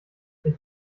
ich